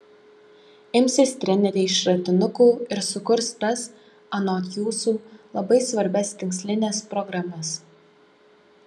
imsis treneriai šratinukų ir sukurs tas anot jūsų labai svarbias tikslines programas